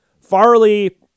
Farley